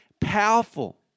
powerful